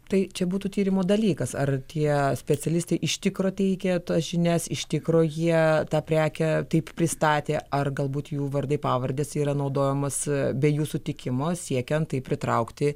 tai čia būtų tyrimo dalykas ar tie specialistai iš tikro teikė žinias iš tikro jie tą prekę taip pristatė ar galbūt jų vardai pavardės yra naudojamos be jų sutikimo siekiant taip pritraukti